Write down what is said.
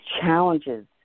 challenges